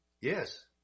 Yes